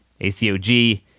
ACOG